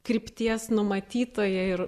krypties numatytoją ir